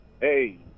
Hey